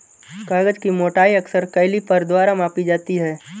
कागज की मोटाई अक्सर कैलीपर द्वारा मापी जाती है